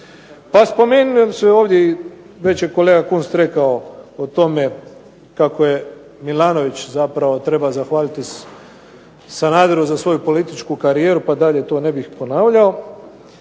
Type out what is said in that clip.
Pa spomenuli su ovdje, već je kolega Kunst rekao o tome kako je Milanović zapravo treba zahvaliti Sanaderu za svoju političku karijeru, pa dalje to ne bih ponavljao.